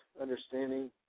understanding